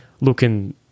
looking